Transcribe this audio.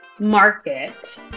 market